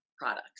products